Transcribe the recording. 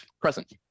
present